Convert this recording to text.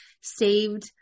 saved